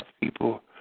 people